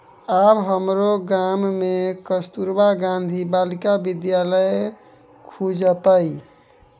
आब हमरो गाम मे कस्तूरबा गांधी बालिका विद्यालय खुजतै